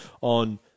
on